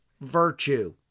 virtue